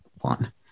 one